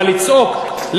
אבל לצעוק,